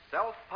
Self